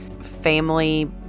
family